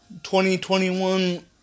2021